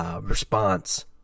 Response